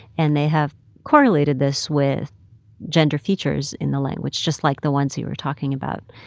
and they have correlated this with gender features in the language, just like the ones you were talking about.